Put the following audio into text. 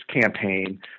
Campaign